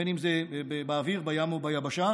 בין שזה באוויר ובין שזה בים וביבשה,